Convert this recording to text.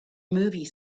movie